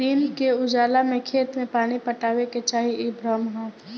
दिन के उजाला में खेत में पानी पटावे के चाही इ भ्रम ह